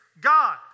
God